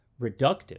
reductive